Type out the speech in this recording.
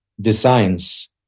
designs